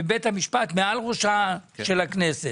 ובית המשפט מעל ראשה של הכנסת